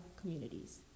communities